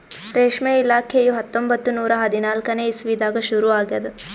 ರೇಷ್ಮೆ ಇಲಾಖೆಯು ಹತ್ತೊಂಬತ್ತು ನೂರಾ ಹದಿನಾಲ್ಕನೇ ಇಸ್ವಿದಾಗ ಶುರು ಆಗ್ಯದ್